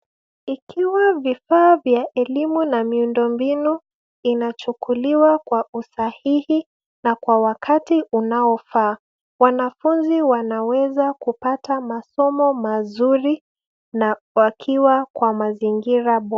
Ikiwa vifaa vya elimu na miundo mbinu inachukuliwa kwa usahihi na kwa wakati unaofaa wanafunzi wanaweza kupata masomo mazuri na wakiwa kwa mazingira bora.